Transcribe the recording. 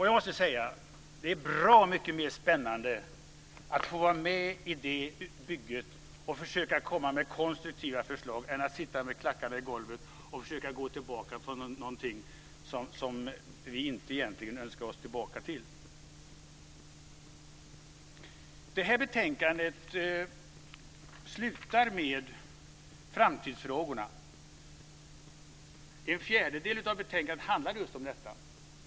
Jag måste säga att det är bra mycket mer spännande att få vara med i det bygget och försöka komma med konstruktiva förslag än att sitta med klackarna i golvet och försöka gå tillbaka till någonting som vi egentligen inte önskar oss tillbaka till. Det här betänkandet slutar med framtidsfrågorna. En fjärdedel av betänkandet handlar just om detta.